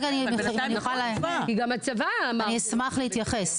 אני אשמח להתייחס.